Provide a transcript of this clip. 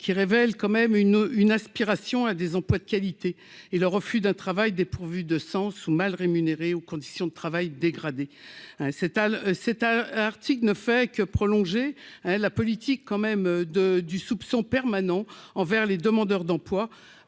qui révèlent quand même une une aspiration à des emplois de qualité et le refus d'un travail dépourvue de sens ou mal rémunérés aux conditions de travail dégradées s'étale c'est à heure. Si ne fait que prolonger la politique quand même de du soupçon permanent envers les demandeurs d'emploi